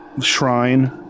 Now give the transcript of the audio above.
shrine